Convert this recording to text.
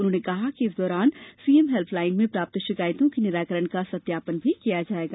उन्होंने कहा कि इस दौरान सीएम हेल्पलाइन में प्राप्त शिकायतों के निराकरण का सत्यापन भी किया जायेगा